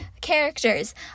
Characters